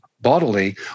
bodily